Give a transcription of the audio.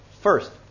First